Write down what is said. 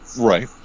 Right